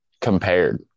compared